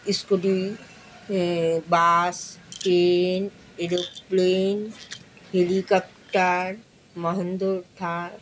scooty bus train aeroplane helicopter Mahindra Thar